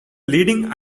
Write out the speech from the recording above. leading